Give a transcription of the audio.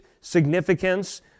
significance